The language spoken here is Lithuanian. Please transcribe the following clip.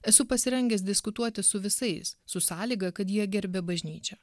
esu pasirengęs diskutuoti su visais su sąlyga kad jie gerbia bažnyčią